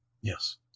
Yes